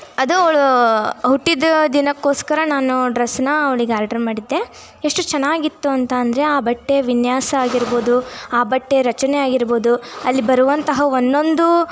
ಅದು ಅವಳು ಹುಟ್ಟಿದ ದಿನಕ್ಕೋಸ್ಕರ ನಾನು ಡ್ರೆಸನ್ನ ಅವಳಿಗೆ ಆಡ್ರ್ ಮಾಡಿದ್ದೆ ಎಷ್ಟು ಚೆನ್ನಾಗಿತ್ತು ಅಂತ ಅಂದರೆ ಆ ಬಟ್ಟೆ ವಿನ್ಯಾಸ ಆಗಿರ್ಬೋದು ಆ ಬಟ್ಟೆ ರಚನೆ ಆಗಿರ್ಬೋದು ಅಲ್ಲಿ ಬರುವಂತಹ ಒಂದು ಒಂದು